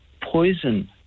poison